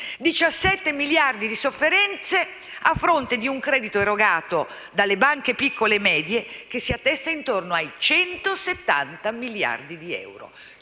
i miliardi di sofferenze a fronte di un credito erogato dalle banche piccole e medie che si attesta intorno ai 170 miliardi di euro: